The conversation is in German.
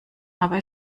aber